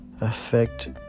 affect